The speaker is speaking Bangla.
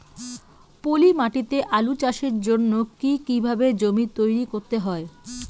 পলি মাটি তে আলু চাষের জন্যে কি কিভাবে জমি তৈরি করতে হয়?